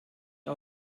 ihr